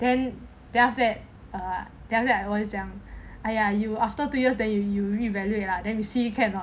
then after that err then after 我就讲 !aiya! you after two years that you you re-evaluate lah then you see can or not